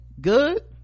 good